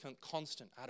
constant